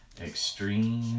extreme